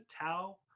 Tao